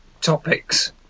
topics